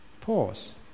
pause